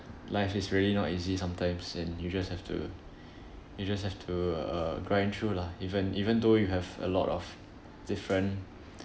life is really not easy sometimes and you just have to you just have to uh grind through lah even even though you have a lot of different